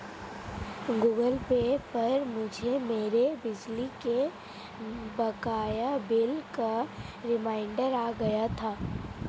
Google Pay पर मुझे मेरे बिजली के बकाया बिल का रिमाइन्डर आ गया था